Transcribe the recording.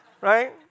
Right